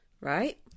Right